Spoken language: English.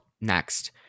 next